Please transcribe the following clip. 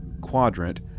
quadrant